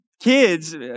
kids